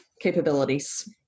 capabilities